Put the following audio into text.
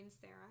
sarah